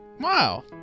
Wow